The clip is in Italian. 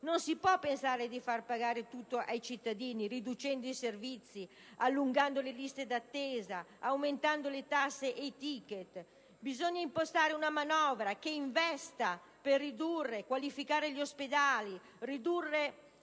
Non si può pensare di far pagare tutto ai cittadini riducendo i servizi, allungando le liste di attesa, aumentando le tasse e i *ticket*. Bisogna impostare una manovra che investa per ridurre e riqualificare gli ospedali, ridurre